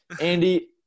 andy